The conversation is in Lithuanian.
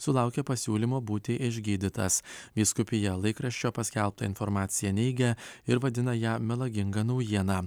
sulaukė pasiūlymo būti išgydytas vyskupija laikraščio paskelbtą informaciją neigia ir vadina ją melaginga naujiena